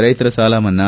ರೈತರ ಸಾಲ ಮನ್ನಾ